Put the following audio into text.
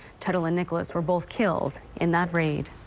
tuttle and nicolas were both killed in that raid.